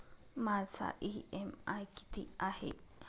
माझा इ.एम.आय किती आहे?